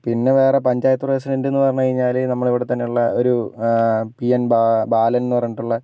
പിന്നെ വേറെ പഞ്ചായത്ത് പ്രസിഡന്റ് എന്ന് പറഞ്ഞു കഴിഞ്ഞാൽ നമ്മുടെ ഇവിടെത്തന്നെയുഉള്ള ഒരു പി എൻ ബാലൻ എന്ന് പറഞ്ഞിട്ടുള്ള